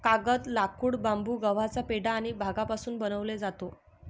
कागद, लाकूड, बांबू, गव्हाचा पेंढा आणि भांगापासून बनवले जातो